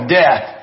death